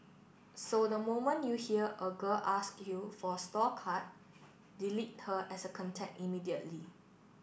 so the moment you hear a girl ask you for a store card delete her as a contact immediately